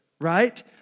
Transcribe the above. right